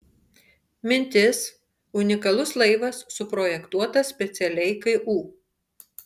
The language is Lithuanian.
mintis unikalus laivas suprojektuotas specialiai ku